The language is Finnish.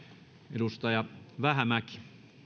edustaja vähämäki